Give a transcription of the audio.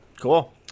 Cool